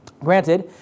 Granted